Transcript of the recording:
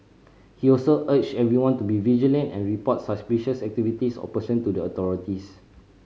he also urged everyone to be vigilant and report suspicious activities or person to the authorities